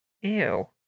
Ew